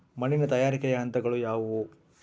ಮಣ್ಣಿನ ತಯಾರಿಕೆಯ ಹಂತಗಳು ಯಾವುವು?